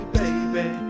baby